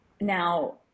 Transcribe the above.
now